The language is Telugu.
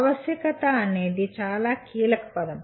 ఆవశ్యకత అనేది చాలా కీలక పదం